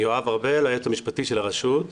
יואב ארבל, היועץ המשפטי של הרשות.